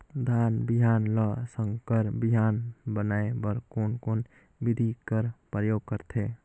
धान बिहान ल संकर बिहान बनाय बर कोन कोन बिधी कर प्रयोग करथे?